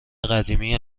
قدیمی